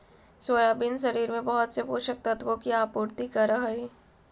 soybean शरीर में बहुत से पोषक तत्वों की आपूर्ति करअ हई